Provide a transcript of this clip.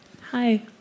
Hi